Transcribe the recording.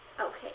Okay